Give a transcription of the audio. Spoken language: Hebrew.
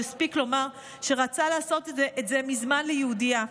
הספיק לומר שרצה לעשות את זה מזמן ליהודייה.